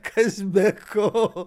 kas be ko